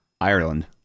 Ireland